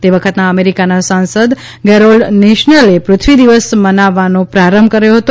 તે વખતના અમેરિકાના સાંસદ ગેરોલ્ડ નેશનલે પૃથ્વી દિવસ મનાવવાનો પ્રારંભ કરાવ્યો હતો